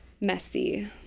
messy